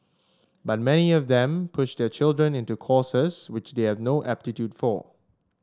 but many of them push their children into courses which they have no aptitude for